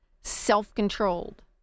self-controlled